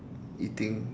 eating